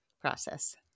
process